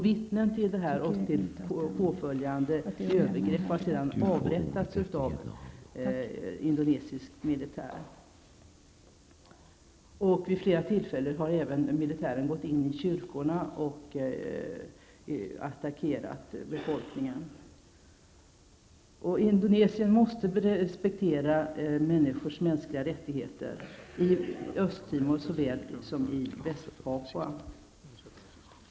Vittnen till detta och påföljande övergrepp har sedan avrättats av indonesisk militär. Vid flera tillfällen har militären även gått in i kyrkor och attackerat befolkningen. Indonesien måste respektera de mänskliga rättigheterna, i Östtimor såväl som i Västpapua.